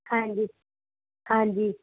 ਹਾਂਜੀ ਹਾਂਜੀ